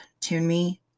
TuneMe